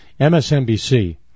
MSNBC